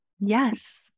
Yes